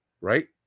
right